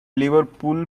liverpool